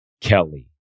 Kelly